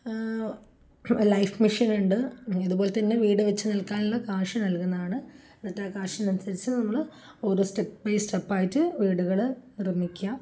life മിഷനുണ്ട് അതുപോലെ തന്നെ വീടുവച്ചുനല്കാനുള്ള കാശു നൽകുന്നതാണ് എന്നിട്ട് കാശനനുസരിച്ച് നമ്മള് ഓരോരോ സ്റ്റെപ്പ് ബൈ സ്റ്റെപ്പായിട്ട് വീടുകള് നിര്മിക്കുക